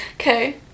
Okay